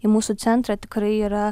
į mūsų centrą tikrai yra